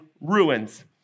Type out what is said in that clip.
ruins